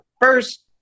first